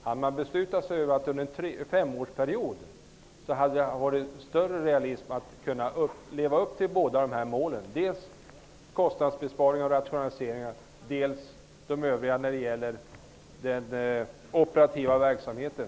Hade man beslutat om att genomföra åtgärderna under en femårsperiod, hade det varit mera realistiskt att tro att man kan leva upp till båda dessa mål, dvs. dels kostnadsbesparingar och rationaliseringar, dels åtgärder beträffande den operativa personalen.